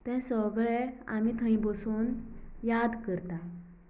हें सगळें आमी थंय बसून याद करता